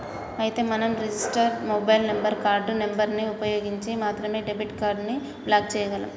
అయితే మనం register mobile number card number ని ఉపయోగించి మాత్రమే డెబిట్ కార్డు ని బ్లాక్ చేయగలం